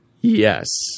Yes